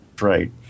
right